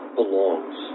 belongs